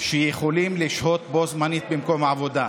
שיכולים לשהות בו-זמנית במקום העבודה.